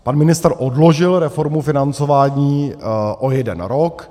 Pan ministr odložil reformu financování o jeden rok.